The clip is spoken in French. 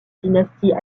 dynastie